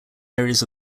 areas